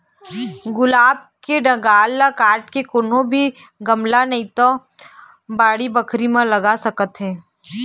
गुलाब के डंगाल ल काट के कोनो भी गमला नइ ते बाड़ी बखरी म लगा सकत हे